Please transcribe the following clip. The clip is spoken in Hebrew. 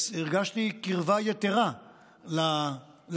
הרגשתי קרבה יתרה לתחום,